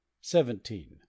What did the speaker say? seventeen